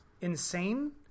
insane